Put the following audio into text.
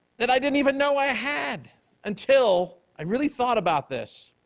that i didn't even know i had until i really thought about this